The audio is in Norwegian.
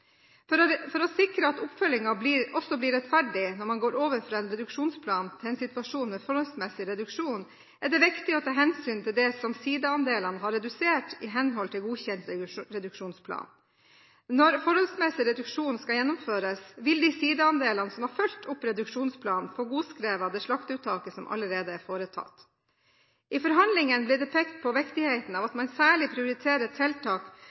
For å sikre at oppfølgingen også blir rettferdig når man går over fra en reduksjonsplan til en situasjon med forholdsmessig reduksjon, er det viktig å ta hensyn til det som sidaandelene har redusert i henhold til godkjent reduksjonsplan. Når forholdsmessig reduksjon skal gjennomføres, vil de sidaandelene som har fulgt opp reduksjonsplanen, få godskrevet det slakteuttaket som allerede er foretatt. I forhandlingene ble det pekt på viktigheten av at man særlig prioriterer tiltak